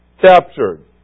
captured